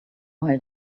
held